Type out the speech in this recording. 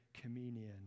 communion